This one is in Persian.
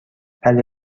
بله